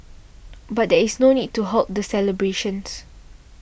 but there is no need to halt the celebrations